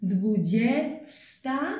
Dwudziesta